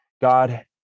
God